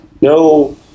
no